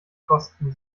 kosten